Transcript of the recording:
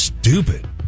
Stupid